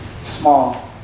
small